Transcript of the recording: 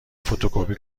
فتوکپی